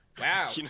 Wow